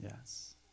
Yes